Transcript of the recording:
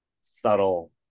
subtle